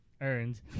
earned